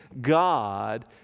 God